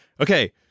Okay